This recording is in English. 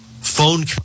phone